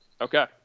Okay